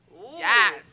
Yes